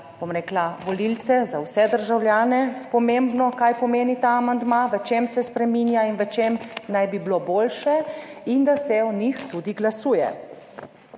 tudi za volivce, za vse državljane pomembno, kaj pomeni ta amandma, v čem se spreminja in v čem naj bi bilo boljše, in da se o njih tudi glasuje.